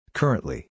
currently